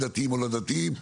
דתיים או לא דתיים.